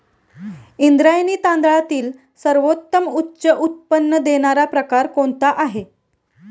इंद्रायणी तांदळातील सर्वोत्तम उच्च उत्पन्न देणारा प्रकार कोणता आहे?